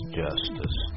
justice